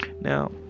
Now